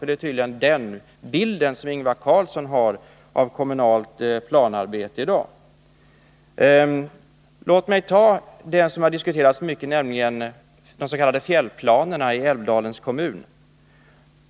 Det är tydligen den bild som Ingvar Carlsson har av kommunalt planarbete i dag. Låt mig ta upp det som diskuterats så mycket, de s.k. fjällplanerna i Älvdalens kommun.